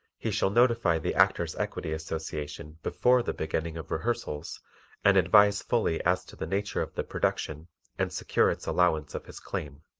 he shall notify the actors' equity association before the beginning of rehearsals and advise fully as to the nature of the production and secure its allowance of his claim.